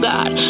God